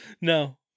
No